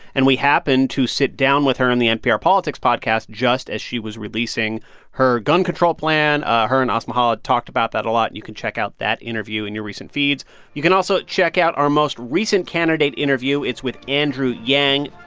and we happened to sit down with her on the npr politics podcast just as she was releasing her gun control plan. ah her and asma khalid talked about that a lot. you can check out that interview in your recent feeds you can also check out our most recent candidate interview. it's with andrew yang.